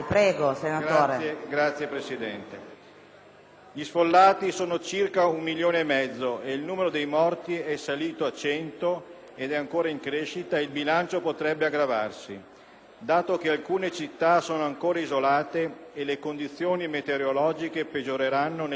Gli sfollati sono circa un milione e mezzo, il numero dei morti è salito a 100, è ancora in crescita e il bilancio potrebbe aggravarsi dato che alcune città sono ancora isolate e le condizioni meteorologiche peggioreranno nel corso delle ore e nei prossimi giorni.